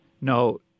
No